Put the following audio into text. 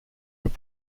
were